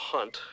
Hunt